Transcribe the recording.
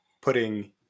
putting